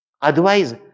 Otherwise